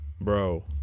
Bro